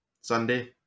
sunday